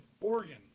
Oregon